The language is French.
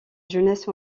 jeunesse